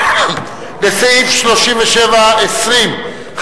לסעיף 37(33) (38)